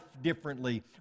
differently